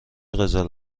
قزل